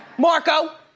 marco?